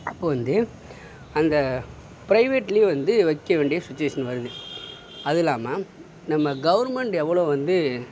அப்போது வந்து அந்த பிரைவேட்லேயும் வந்து வைக்க வேண்டிய சுச்சுவேஷன் வருது அதுவும் இல்லாமல் நம்ம கவுர்மெண்ட் எவ்வளோ வந்து